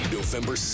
November